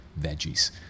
veggies